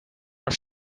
are